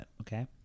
okay